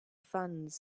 funds